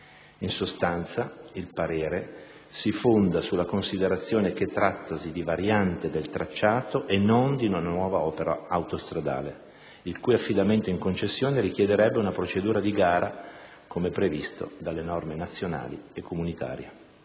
In sostanza, il parere si fonda sulla considerazione che trattasi di variante del tracciato e non di una nuova opera autostradale, il cui affidamento in concessione richiederebbe una procedura di gara, come previsto dalle norme nazionali e comunitarie.